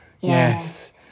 Yes